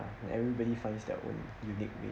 ah everybody finds their own unique way